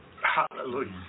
Hallelujah